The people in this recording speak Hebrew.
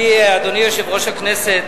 אדוני יושב-ראש הכנסת,